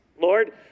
Lord